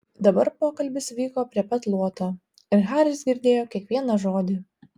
dabar pokalbis vyko prie pat luoto ir haris girdėjo kiekvieną žodį